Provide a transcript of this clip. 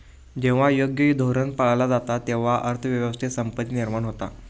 जेव्हा योग्य धोरण पाळला जाता, तेव्हा अर्थ व्यवस्थेत संपत्ती निर्माण होता